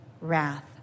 wrath